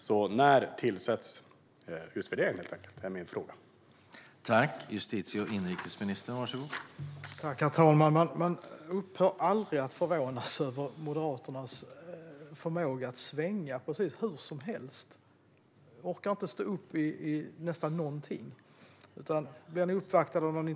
Min fråga är helt enkelt: När tillsätts utvärderingen?